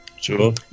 Sure